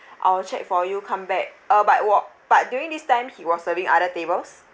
I will check for you come back uh but it wa~ but during this time he was serving other tables